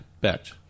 bet